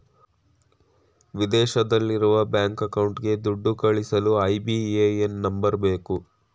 ವಿದೇಶದಲ್ಲಿರುವ ಬ್ಯಾಂಕ್ ಅಕೌಂಟ್ಗೆ ದುಡ್ಡು ಕಳಿಸಲು ಐ.ಬಿ.ಎ.ಎನ್ ನಂಬರ್ ಬೇಕು